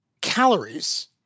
calories